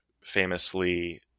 famously